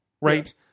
right